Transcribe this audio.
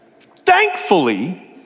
Thankfully